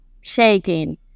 shaking